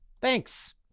Thanks